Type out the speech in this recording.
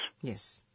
Yes